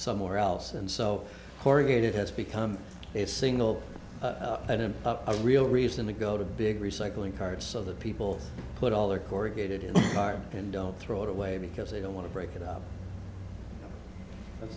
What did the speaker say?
somewhere else and so corrugated has become a single item a real reason to go to big recycling cards so that people put all their corrugated in the car and don't throw it away because they don't want to break it up and